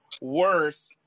worse